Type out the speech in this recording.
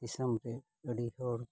ᱫᱤᱥᱚᱢ ᱨᱮ ᱟᱹᱰᱤ ᱦᱚᱲ